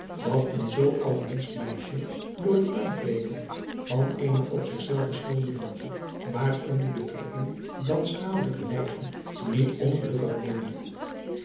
dat een zoo allerliefst meisje door het aankweeken van eene op zich zelve schuldelooze maar in die betrekking dan schadelijke neiging niet ongelukkig worde